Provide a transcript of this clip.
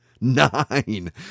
nine